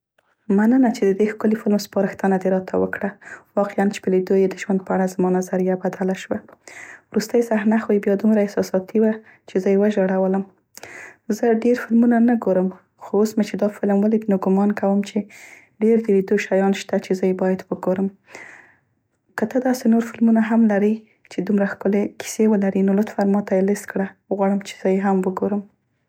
مننه چې د دې ښکلي فلم سپارښتنه دې راته وکړه. واقعاً چې په لیدو یې د ژوند په اړه زما نظریه بدله شوه. وروستۍ صحنه خو یې بیا دومره احساساتي وه چې زه یې وژړولم. زه ډیر فلمونه نه ګورم ،خو اوس مې چې دا فلم ولید نو ګمان کوم چې ډیر د لیدو شیان شته، چې زه یې باید وګورم. که ته داسې نور فلمونه هم لرې چې دومره ښکلې کیسې ولري نو لطفاً ماته یې لست کړه، غواړم چې زه یې هم وګورم.